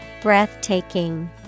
Breathtaking